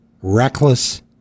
reckless